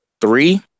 three